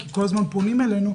כי כל הזמן פונים אלינו,